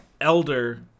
elder